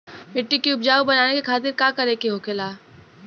मिट्टी की उपजाऊ बनाने के खातिर का करके होखेला?